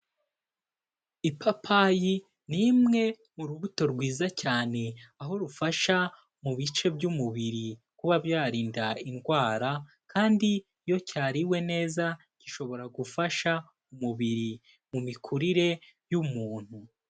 Ipapayi ni imwe mu urubuto rwiza cyane, aho rufasha mu bice by'umubiri kuba byarinda indwara kandi iyo cyariwe neza gishobora gufasha umubiri mu mikurire y'umuntu.